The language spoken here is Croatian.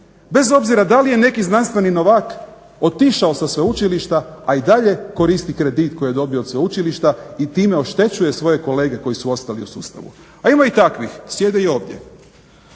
bez obzira da li je neki znanstveni novak otišao sa sveučilišta, a i dalje koristi kredit koji je dobio od sveučilišta i time oštećuje svoje kolege koji su ostali u sustavu. A ima i takvih, sjede i ovdje.